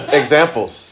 examples